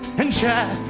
and chad